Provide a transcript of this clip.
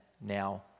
now